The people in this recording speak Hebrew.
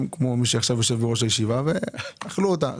כמו מי שיושב בראש הישיבה ואכלו אותה.